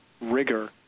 rigor